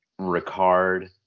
Ricard